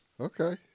Okay